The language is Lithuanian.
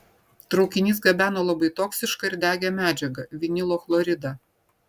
traukinys gabeno labai toksišką ir degią medžiagą vinilo chloridą